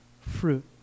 fruit